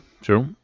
true